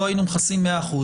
לא היינו מכסים 100%,